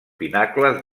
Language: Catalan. pinacles